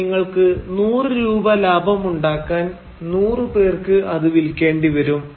അതായത് നിങ്ങൾക്ക് നൂറു രൂപ ലാഭം ഉണ്ടാക്കാൻ 100 പേർക്ക് അത് വിൽക്കേണ്ടി വരും